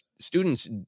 students